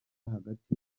hagati